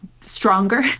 stronger